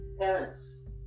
parents